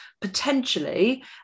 potentially